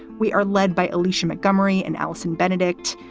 we are led by alicia montgomery and alison benedict.